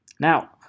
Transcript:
Now